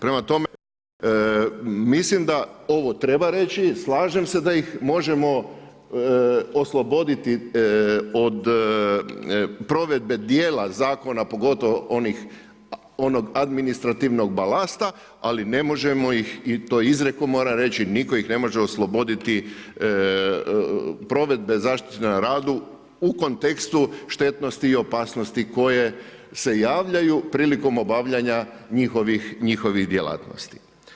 Prema tome, mislim da ovo treba reći, slažem da ih možemo osloboditi od provedbe djela zakona pogotovo onog administrativnog balasta, ali ne možemo ih, i to izrijekom moram reći, nitko ih ne može osloboditi provedbe zaštite na radu u kontekstu štetnosti i opasnosti koje se javljaju prilikom obavljanja njihovih djelatnosti.